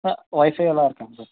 ஆ ஒய்பை எல்லாம் இருக்காங்க சார்